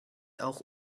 auch